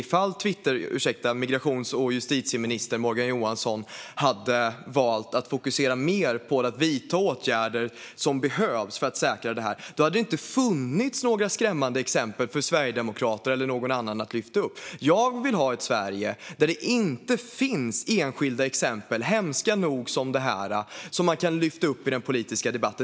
Om Twitter, ursäkta, justitie och migrationsminister Morgan Johansson hade valt att fokusera mer på att vidta åtgärder som behövs för att säkra detta hade det inte funnits några skrämmande exempel för Sverigedemokraterna eller någon annan att lyfta upp. Jag vill ha ett Sverige där det inte finns enskilda hemska exempel som detta som man kan lyfta upp i den politiska debatten.